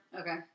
Okay